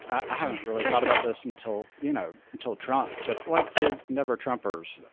i haven't really thought about this until, you know, until trump. but like the nevertrump ers,